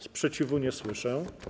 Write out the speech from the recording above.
Sprzeciwu nie słyszę.